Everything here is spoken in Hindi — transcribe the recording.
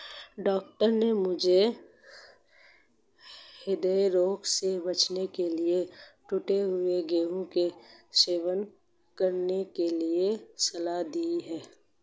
डॉक्टर ने मुझे हृदय रोग से बचने के लिए टूटे हुए गेहूं का सेवन करने की सलाह दी है